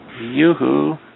Yoo-hoo